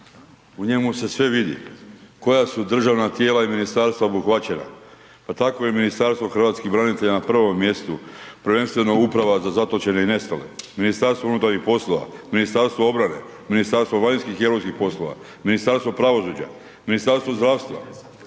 U njemu se sve vidi, koja su državna tijela i ministarstva obuhvaćena pa tako i Ministarstvo hrvatskih branitelja na prvom mjestu, prvenstveno uprava za zatočene i nestale, Ministarstvo unutarnjih poslova, Ministarstvo obrane, Ministarstvo vanjskih i europskih poslova, Ministarstvo pravosuđa, Ministarstvo zdravstva,